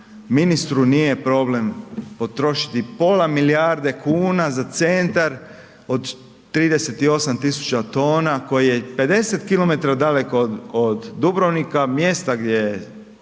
ministru nije problem potrošiti pola milijarde kuna za centar od 38.000 tona koji je 50 km daleko od, od Dubrovnika, mjesta gdje je